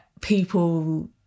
people